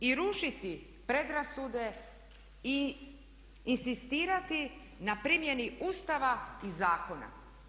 I rušiti predrasude i inzistirati na primjeni Ustava i zakona.